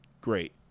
great